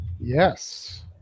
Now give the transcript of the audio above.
Yes